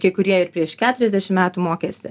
kai kurie ir prieš keturiasdešim metų mokėsi